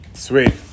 Sweet